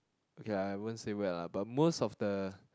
okay lah I won't say bad lah but most of the